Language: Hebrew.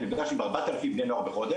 אני נפגש עם 4,000 בני נוער בחודש,